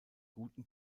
guten